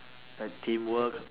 like teamwork